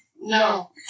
No